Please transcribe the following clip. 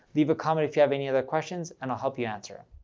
leave a comment if you have any other questions and i'll help you answer